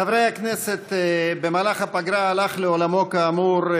חברי הכנסת, במהלך הפגרה הלך לעולמו, כאמור,